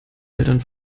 eltern